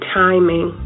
timing